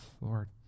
Lord